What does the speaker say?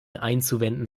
einzuwenden